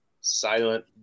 silent